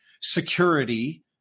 security